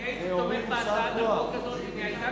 אני הייתי תומך בהצעת החוק הזו אם היא היתה